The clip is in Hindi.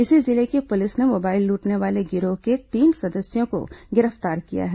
इसी जिले की पुलिस ने मोबाइल लूटने वाले गिरोह के तीन सदस्यों को गिरफ्तार किया है